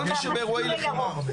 כל מי שבאירועי לחימה.